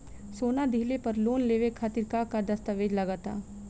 सोना दिहले पर लोन लेवे खातिर का का दस्तावेज लागा ता?